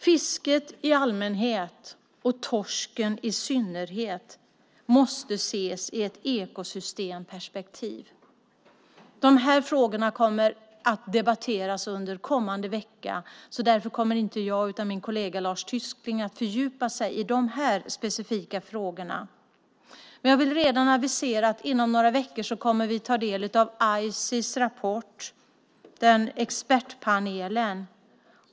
Fisket i allmänhet och torsken i synnerhet måste ses i ett ekosystemperspektiv. Dessa frågor kommer att debatteras under kommande vecka. Därför kommer inte jag utan min kollega Lars Tysklind att fördjupa sig i de specifika frågorna. Men jag vill redan avisera att inom några veckor kommer vi att få ta del av Ices rapport - expertpanelen.